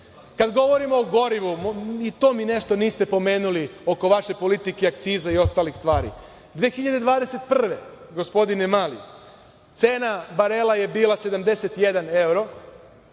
govorimo o gorivu, i to mi nešto niste pomenuli oko vaše politike akciza i ostalih stvari. Godine 2021, gospodine Mali, cena barela je bila 71 evro,